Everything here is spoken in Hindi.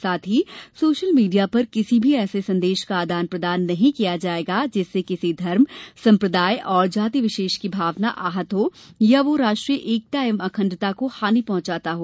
साथ ही सोशल मीडिया पर किसी भी ऐसे संदेश का आदान प्रदान नहीं किया जाएगा जिससे किसी धर्म सम्प्रदाय और जाति विशेष की भावना आहत हो या वह राष्ट्रीय एकता एवं अखंडता को हानि पहुंचाता हो